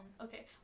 Okay